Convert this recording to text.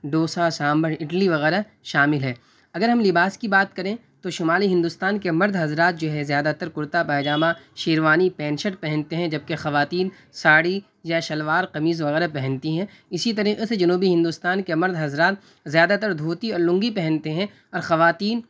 ڈوسہ سانبھر اڈلی وغیرہ شامل ہے اگر ہم لباس کی بات کریں تو شمالی ہندوستان کے مرد حضرات جو ہے زیادہ تر کرتا پائجامہ شیروانی پینٹ شرٹ پہنتے ہیں جبکہ خواتین ساڑی یا شلوار قمیض وغیرہ پہنتی ہیں اسی طریقے سے جنوبی ہندوستان کے مرد حضرات زیادہ تر دھوتی اور لنگی پہنتے ہیں اور خواتین